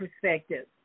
perspective